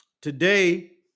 today